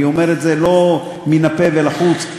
אני אומר את זה לא מן הפה ולחוץ,